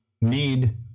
need